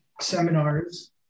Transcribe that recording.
seminars